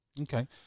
Okay